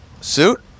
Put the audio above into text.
suit